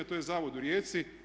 To je zavod u Rijeci.